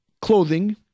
clothing